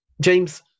James